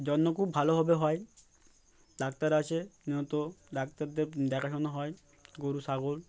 জন্য খুব ভালোভাবে হয় ডাক্তার আছে নিহত ডাক্তারদের দেখাশোনা হয় গরু ছগল